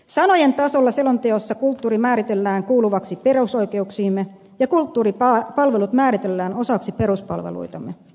sanojen tasolla selonteossa kulttuuri määritellään kuuluvaksi perusoikeuksiimme ja kulttuuripalvelut määritellään osaksi peruspalveluitamme